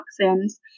toxins